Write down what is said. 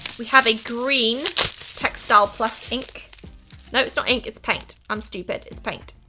we have a green textil plus ink no, it's not ink, it's paint. i'm stupid. it's paint!